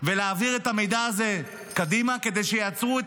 ולהעביר את המידע הזה קדימה כדי שיעצרו את